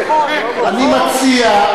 אני מציע,